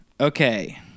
Okay